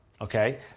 Okay